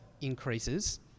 increases